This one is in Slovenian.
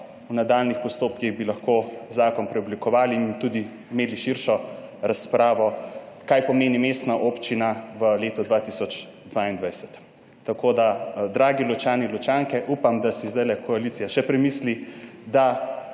V nadaljnjih postopkih bi lahko zakon preoblikovali in tudi imeli širšo razpravo, kaj pomeni mestna občina v letu 2022. Dragi Ločani, Ločanke, upam, da si zdajle koalicija še premisli, da